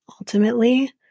ultimately